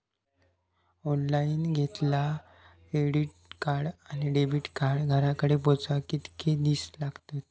Online घेतला credit card किंवा debit card घराकडे पोचाक कितके दिस लागतत?